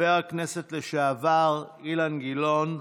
לשעבר אילן גילאון,